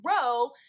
grow